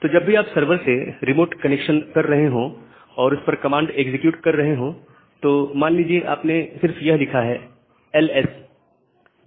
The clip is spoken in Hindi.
तो जब भी आप सर्वर से रिमोट कनेक्शन कर रहे हो और उस पर कमांड एग्जीक्यूट कर रहे हो तो मान लीजिए आपने सिर्फ यह लिखा है " एलएस" "ls"